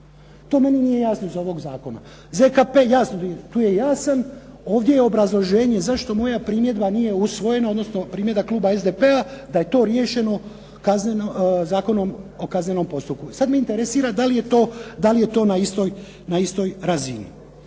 To meni nije jasno iz ovog zakona. ZKP tu je jasan. Ovdje je obrazloženje zašto moja primjedba nije usvojena, odnosno primjedba kluba SDP-a da je to riješeno Zakonom o kaznenom postupku. Sad me interesira da li je to na istoj razini.